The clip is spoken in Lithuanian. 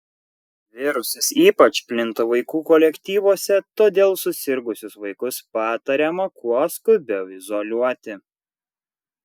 virusas ypač plinta vaikų kolektyvuose todėl susirgusius vaikus patariama kuo skubiau izoliuoti